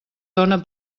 dóna